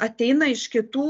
ateina iš kitų